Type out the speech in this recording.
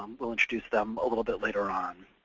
um we'll introduce them a little bit later on.